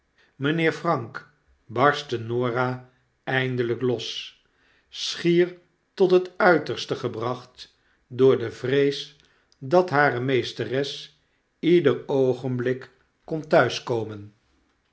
schiempheer prank barstte norah eindelijk los schier tot het uiterste gebracht door de vrees dat hare meesteres ieder oogenblik